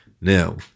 Now